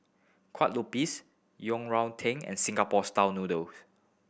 Kueh Lopes Yang Rou Tang and Singapore style noodle